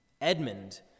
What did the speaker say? Edmund